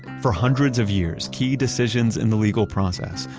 for hundreds of years, key decisions in the legal process,